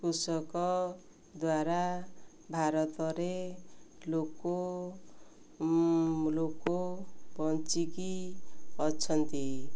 କୃଷକ ଦ୍ୱାରା ଭାରତରେ ଲୋକ ଲୋକ ବଞ୍ଚିକରି ଅଛନ୍ତି